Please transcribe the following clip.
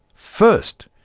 first,